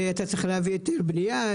אתה צריך להביא היתר בנייה,